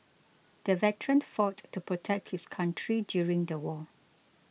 the veteran fought to protect his country during the war